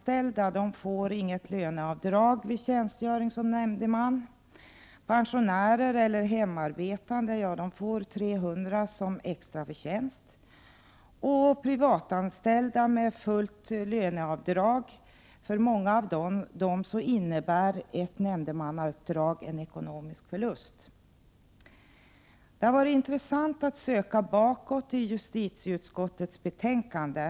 25 april 1989 Nämndemannauppdraget innebär olika ekonomiska konsekvenser för Anslag till åklagar För många privatanställda med fullt löneavdrag innebär ett nämndemannauppdrag en ekonomisk förlust. Det har varit intressant att söka bakåt i justitieutskottets betänkanden.